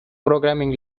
programming